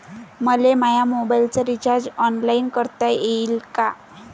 मले माया मोबाईलचा रिचार्ज ऑनलाईन करता येईन का?